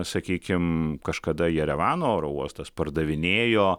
sakykime kažkada jerevano oro uostas pardavinėjo